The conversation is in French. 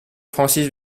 francis